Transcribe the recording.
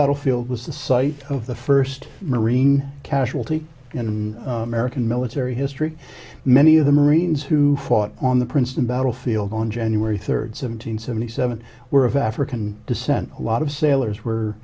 battlefield was the site of the first marine casualty in american military history many of the marines who fought on the princeton battlefield on january third some two hundred seventy seven were of african descent a lot of sailors were